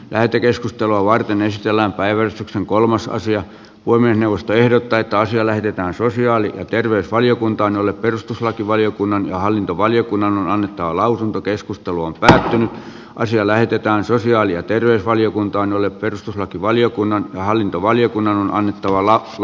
lähetekeskustelua varten ei sisällä päivystyksen kolmas asia voi mennä vastaehdot täyttä asiaa lähdetään sosiaali ja terveysvaliokuntaan jolle perustuslakivaliokunnan ja hallintovaliokunnan on annettava lausunto keskustelu on päättynyt ja asia lähetetään sosiaali ja terveysvaliokuntaan jolle perustuslakivaliokunnan hallintovaliokunnalle annettavalla l